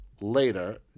later